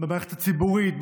במערכת הציבורית,